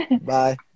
bye